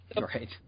right